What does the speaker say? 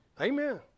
Amen